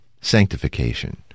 sanctification